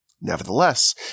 Nevertheless